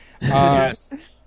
Yes